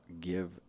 give